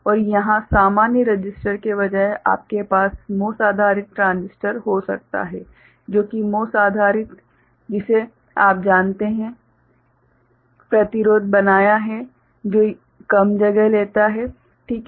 और यहाँ सामान्य रसिस्टर के बजाय आपके पास MOS आधारित ट्रांजिस्टर हो सकता है जो कि MOS आधारित जिसे आप जानते हैं प्रतिरोध बनाया है जो कम जगह लेता है ठीक है